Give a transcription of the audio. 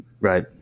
Right